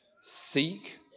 Seek